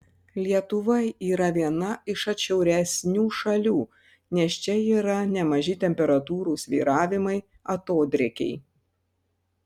lietuva yra viena iš atšiauresnių šalių nes čia yra nemaži temperatūrų svyravimai atodrėkiai